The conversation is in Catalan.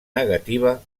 negativa